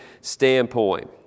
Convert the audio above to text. standpoint